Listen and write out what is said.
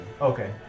Okay